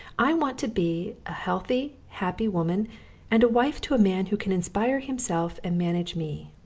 i want to be a healthy, happy woman and a wife to a man who can inspire himself and manage me.